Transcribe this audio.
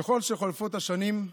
ככל שחולפות השנים,